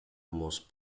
most